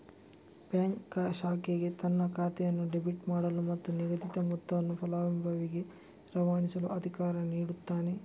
bank ಶಾಖೆಗೆ ತನ್ನ ಖಾತೆಯನ್ನು ಡೆಬಿಟ್ ಮಾಡಲು ಮತ್ತು ನಿಗದಿತ ಮೊತ್ತವನ್ನು ಫಲಾನುಭವಿಗೆ ರವಾನಿಸಲು ಅಧಿಕಾರ ನೀಡುತ್ತಾನೆ